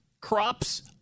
Crops